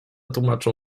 tłumaczą